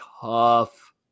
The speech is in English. tough